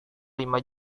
lima